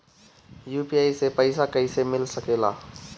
UPI से पइसा कईसे मिल सके ला?